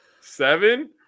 Seven